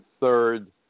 third